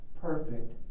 perfect